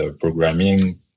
programming